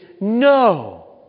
no